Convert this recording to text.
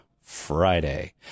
Friday